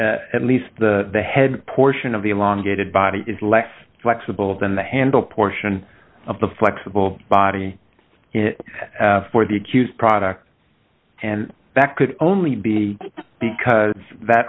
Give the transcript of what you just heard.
at least the head portion of the elongated body is less flexible than the handle portion of the flexible body for the accused product and that could only be because that